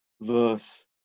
verse